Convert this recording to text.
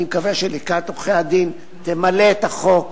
אני מקווה שלשכת עורכי-דין תמלא את החוק